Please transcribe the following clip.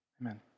amen